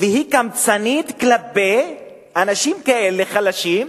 והיא קמצנית כלפי אנשים כאלה, חלשים,